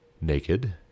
naked